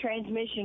transmission